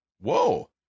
Whoa